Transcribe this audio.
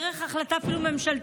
אפילו דרך החלטה ממשלתית,